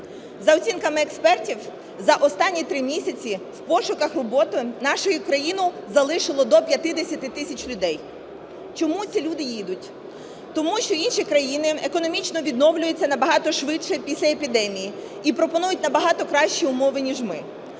За оцінками експертів за останні три місяці в пошуках роботи нашу країну залишило до 50 тисяч людей. Чому ці люди їдуть? Тому що інші країни економічно відновлюються набагато швидше після епідемії і пропонують набагато кращі умови ніж ми.